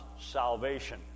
salvation